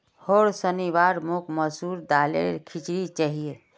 होर शनिवार मोक मसूर दालेर खिचड़ी चाहिए